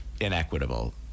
inequitable